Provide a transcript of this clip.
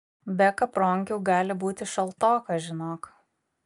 be kapronkių gali būti šaltoka žinok